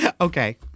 Okay